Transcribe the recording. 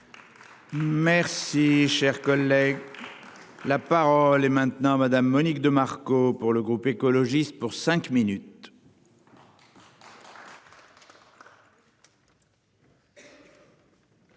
Merci cher collègue. La parole est maintenant à madame Monique de Marco pour le groupe écologiste pour cinq minutes.